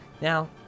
now